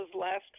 last